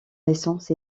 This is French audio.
naissance